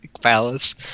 palace